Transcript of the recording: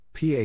PA